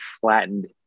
flattened